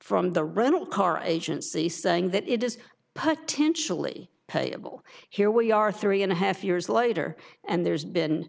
from the rental car agency saying that it is potentially payable here we are three and a half years later and there's been